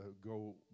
go